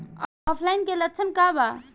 ऑफलाइनके लक्षण क वा?